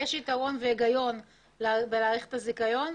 יש יתרון והיגיון בהארכת הזיכיון.